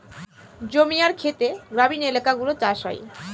জমি আর খেতে গ্রামীণ এলাকাগুলো চাষ হয়